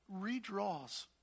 redraws